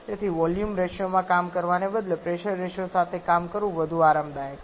તેથી વોલ્યુમ રેશિયોમાં કામ કરવાને બદલે પ્રેશર રેશિયો સાથે કામ કરવું વધુ આરામદાયક છે